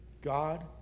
God